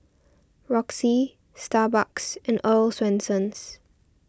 Roxy Starbucks and Earl's Swensens